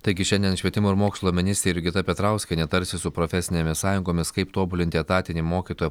taigi šiandien švietimo ir mokslo ministrė jurgita petrauskienė tarsis su profesinėmis sąjungomis kaip tobulinti etatinį mokytojų